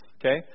Okay